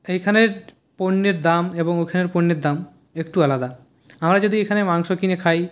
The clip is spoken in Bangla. এখানের পণ্যের দাম এবং ওখানের পণ্যের দাম একটু আলাদা আমরা যদি এখানে মাংস কিনে খাই